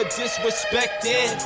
disrespected